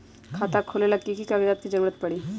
खाता खोले ला कि कि कागजात के जरूरत परी?